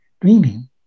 dreaming